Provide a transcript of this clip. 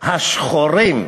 "השחורים".